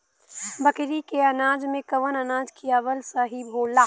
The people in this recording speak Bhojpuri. बकरी के अनाज में कवन अनाज खियावल सही होला?